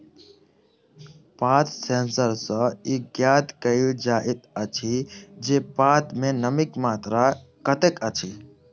पात सेंसर सॅ ई ज्ञात कयल जाइत अछि जे पात मे नमीक मात्रा कतेक अछि